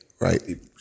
right